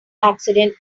accident